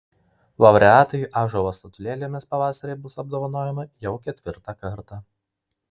laureatai ąžuolo statulėlėmis pavasarį bus apdovanojami jau ketvirtą kartą